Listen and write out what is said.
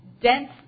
dense